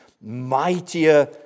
mightier